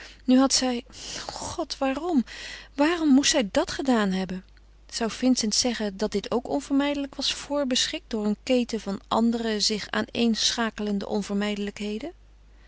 en had zij o god waarom waarom moest zij dat gedaan hebben zou vincent zeggen dat dit ook onvermijdelijk was voorbeschikt door een keten van andere zich aaneenschakelende onvermijdelijkheden